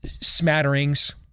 smatterings